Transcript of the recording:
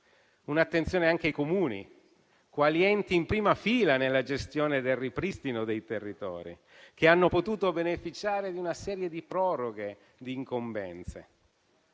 stata rivolta anche ai Comuni, quali enti in prima fila nella gestione del ripristino dei territori, che hanno potuto beneficiare di una serie di proroghe di incombenze.